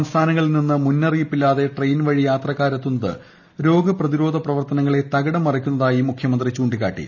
സംസ്ഥാരുങ്ങളിൽ നിന്ന് മുന്നറിയിപ്പ് ഇല്ലാതെ ട്രെയിൻ വഴി യാത്രക്കാരെത്തുന്നത് രോഗപ്രതിരോധ പ്രവർത്തനങ്ങളെ തകിടം മറിക്കുന്നതായി മുഖ്യമന്ത്രി ചൂണ്ടിക്കാട്ടി